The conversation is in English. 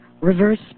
reverse